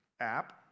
app